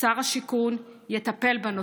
שר השיכון, יטפל בנושא.